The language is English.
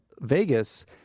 Vegas